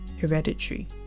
Hereditary